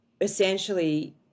essentially